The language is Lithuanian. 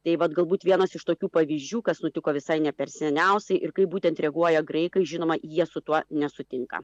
tai vat galbūt vienas iš tokių pavyzdžių kas nutiko visai ne per seniausiai ir kaip būtent reaguoja graikai žinoma jie su tuo nesutinka